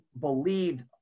believed